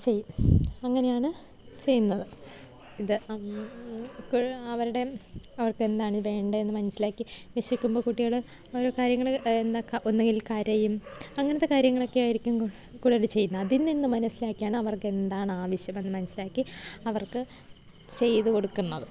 ചെയ് അങ്ങനെയാണ് ചെയ്യുന്നത് ഇത് അപ്പഴ് അവരുടെ അവർക്ക് എന്താണ് വേണ്ടത് എന്ന് മനസ്സിലാക്കി വിശക്കുമ്പോൾ കുട്ടികൾ ഓരോ കാര്യങ്ങൾ എന്താ ഒന്നുകിൽ കരയും അങ്ങനെത്തെ കാര്യങ്ങൾ ഒക്കെയായിരിക്കും കൂടുതൽ ചെയ്യുന്നത് അതിൽനിന്ന് മനസ്സിലാക്കിയാണ് അവർക്ക് എന്താണ് ആവശ്യം അത് മനസ്സിലാക്കി അവർക്ക് ചെയ്ത് കൊടുക്കുന്നത്